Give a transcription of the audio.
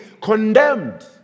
condemned